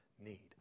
need